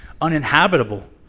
uninhabitable